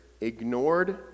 Ignored